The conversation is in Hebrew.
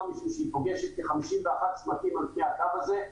משום שהיא פוגשת ב-51 צמתים על פני הקו הזה,